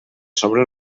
sobre